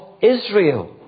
Israel